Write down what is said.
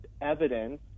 evidence